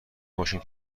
ماشین